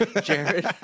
Jared